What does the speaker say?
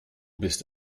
bist